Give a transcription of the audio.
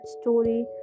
story